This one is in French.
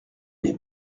n’est